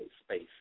space